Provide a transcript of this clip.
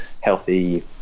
healthy